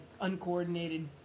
uncoordinated